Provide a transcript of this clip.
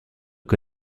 che